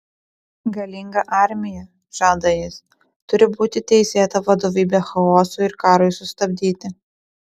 galinga armija žada jis turi būti teisėta vadovybė chaosui ir karui sustabdyti